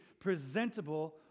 presentable